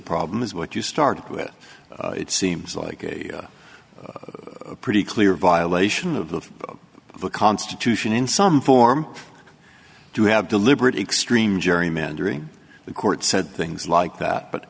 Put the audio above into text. problem is what you started with it seems like a pretty clear violation of the constitution in some form to have deliberate extreme gerrymandering the court said things like that but